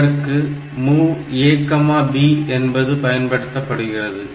இதற்கு MOV A B என்பது பயன்படுத்தப்படுகிறது